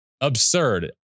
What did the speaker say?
absurd